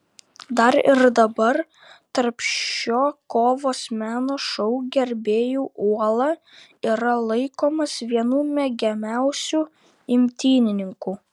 dar ir dabar tarp šio kovos meno šou gerbėjų uola yra laikomas vienu mėgiamiausiu imtynininku